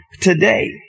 today